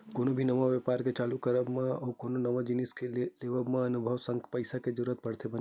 कोनो भी नवा बेपार के चालू करब मा अउ कोनो नवा जिनिस के लेवब म अनभव के संग पइसा के जरुरत पड़थे बने